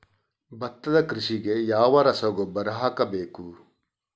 ಭತ್ತದ ಕೃಷಿಗೆ ಯಾವ ರಸಗೊಬ್ಬರ ಹಾಕಬೇಕು?